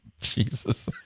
Jesus